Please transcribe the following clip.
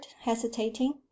hesitating